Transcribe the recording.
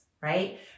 right